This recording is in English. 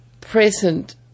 present